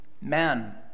man